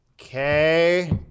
okay